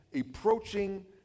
approaching